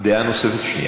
השר מציע